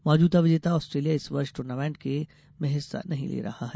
मौजूदा विजेता ऑस्ट्रॉलिया इस वर्ष टूर्नामेंट में हिस्सा नहीं ले रहा है